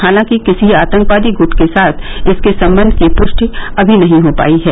हालांकि किसी आतंकवादी गुट के साथ इसके संबंध की पुष्टि अभी नहीं हो पाई है